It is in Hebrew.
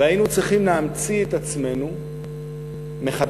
והיינו צריכים להמציא את עצמנו מחדש.